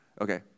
Okay